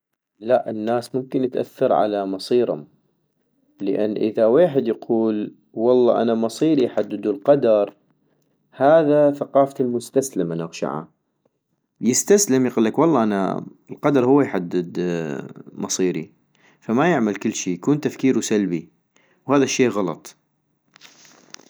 لأ الناس ممكن تأثر على مصيرم - لان اذا ويحد يقول والله انا مصيري يحددو القدر، هذا ثقافة المستسلم انا اغشعا ، يستسلم يقول والله القدر هو يحدد مصيري فما يعمل كلشي يكون تفكيرو سلبي ، وهذا الشي غلط